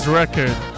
record